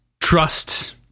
trust